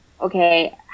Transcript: okay